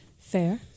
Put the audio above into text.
Fair